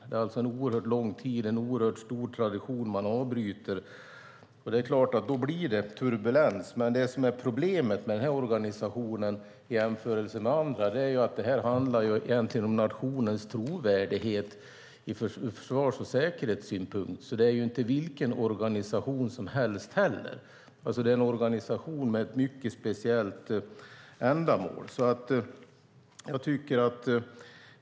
Det är alltså en oerhört lång tradition man avbryter, och det är klart att det då blir turbulens. Det som är problemet med denna organisation i jämförelse med andra är att det handlar om nationens trovärdighet ur försvars och säkerhetssynpunkt. Det är inte vilken organisation som helst, utan en organisation med ett mycket speciellt ändamål.